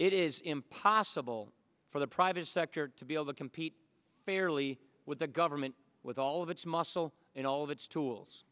it is impossible for the private sector to be able to compete fairly with the government with all of its muscle and all of its tools